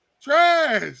trash